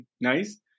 Nice